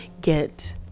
get